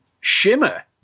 shimmer